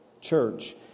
church